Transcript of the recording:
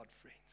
friends